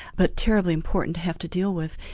but terribly important to have to deal with,